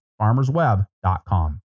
Farmersweb.com